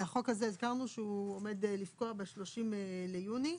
החוק הזה, הזכרנו, שהוא עומד לפקוע ב-30 ביוני,